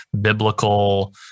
biblical